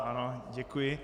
Ano, děkuji.